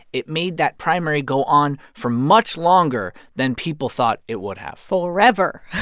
it made that primary go on for much longer than people thought it would have forever.